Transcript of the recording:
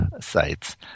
sites